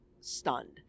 stunned